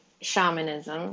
shamanism